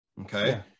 Okay